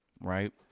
Right